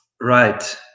right